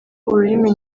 ururimi